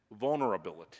vulnerability